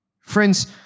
Friends